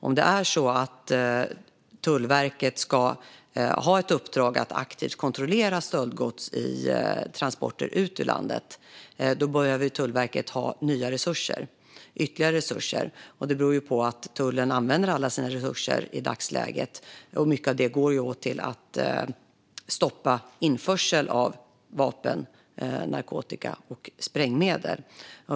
Om Tullverket ska ha ett uppdrag att aktivt kontrollera stöldgods i transporter ut ur landet behöver Tullverket nya resurser, ytterligare resurser. Det beror på att tullen i dagsläget använder alla sina resurser. Mycket går till att stoppa införsel av vapen, narkotika och sprängmedel.